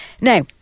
Now